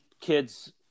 kids